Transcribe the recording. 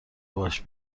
باهاش